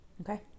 Okay